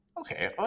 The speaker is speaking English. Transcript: okay